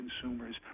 consumers